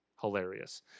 hilarious